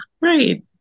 right